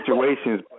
situations